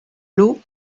lot